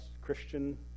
christian